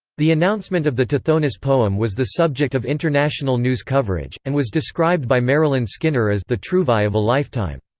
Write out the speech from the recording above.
the announcement of the tithonus poem was the subject of international news coverage, and was described by marylin skinner as the trouvaille of a lifetime.